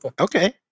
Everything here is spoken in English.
Okay